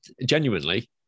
genuinely